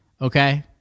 Okay